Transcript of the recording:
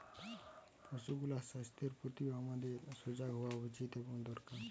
পশুগুলার স্বাস্থ্যের প্রতিও আমাদের সজাগ হওয়া উচিত এবং দরকার